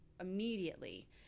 immediately